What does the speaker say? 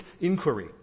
inquiry